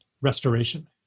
restoration